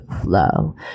flow